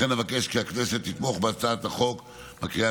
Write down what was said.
לכן,